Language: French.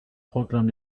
proclame